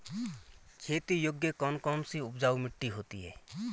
खेती योग्य कौन कौन सी उपजाऊ मिट्टी होती है?